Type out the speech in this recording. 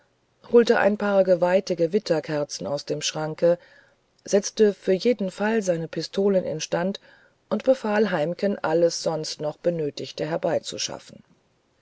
holte ein paar geweihte gewitterkerzen aus dem schranke setzte für jeden fall seine pistolen instand und befahl heimken alles sonst noch benötigte herbeizuschaffen